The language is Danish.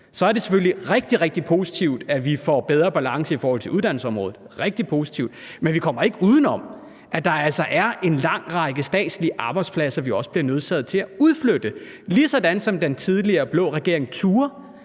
er det selvfølgelig rigtig, rigtig positivt, at vi får bedre balance i forhold til uddannelsesområdet – rigtig positivt – men vi kommer ikke uden om, at der altså er en lang række statslige arbejdspladser, vi også bliver nødsaget til at udflytte, ligesådan som den tidligere blå regering turde.